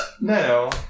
No